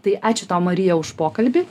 tai ačiū tau marija už pokalbį